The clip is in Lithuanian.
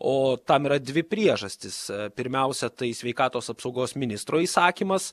o tam yra dvi priežastys pirmiausia tai sveikatos apsaugos ministro įsakymas